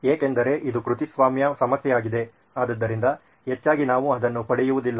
ಏಕೆಂದರೆ ಇದು ಕೃತಿಸ್ವಾಮ್ಯ ಸಮಸ್ಯೆಯಾಗಿದೆ ಆದ್ದರಿಂದ ಹೆಚ್ಚಾಗಿ ನಾವು ಅದನ್ನು ಪಡೆಯುವುದಿಲ್ಲ